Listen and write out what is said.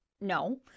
no